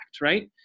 right